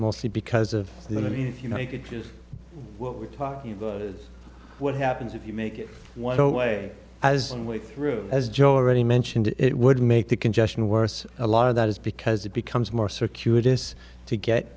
mostly because of the if you know you could get what we're talking about is what happens if you make it one way as one way through as joe already mentioned it would make the congestion worse a lot of that is because it becomes more circuitous to get